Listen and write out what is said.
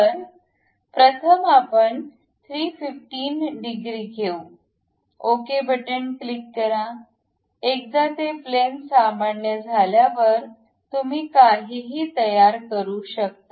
तर प्रथम आपण 315डिग्री ठेवू ओके बटन क्लिक करा एकदा ते प्लॅन सामान्य झाल्यावर तुम्ही काहीही तयार करू शकता